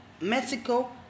Mexico